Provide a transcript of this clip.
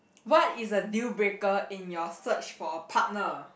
what is a deal breaker in your search for a partner